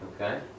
Okay